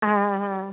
आ हा